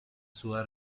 sua